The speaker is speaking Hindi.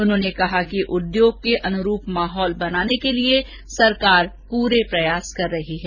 उन्होंने कहा कि उद्योग के अनुरुप माहौल बनाने के लिए सरकार पूरे प्रयास कर रही है